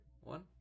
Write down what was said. one